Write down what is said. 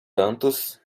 tantos